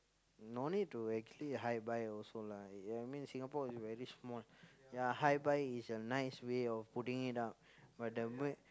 no need to actually hi bye also lah ya I mean Singapore also very small ya hi bye is a nice way of putting it out but the m~